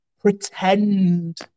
Pretend